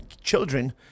children